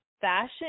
fashion